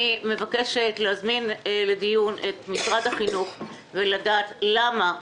אני מבקשת להזמין לדיון את משרד החינוך ולדעת למה.